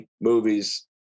movies